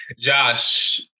Josh